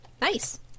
Nice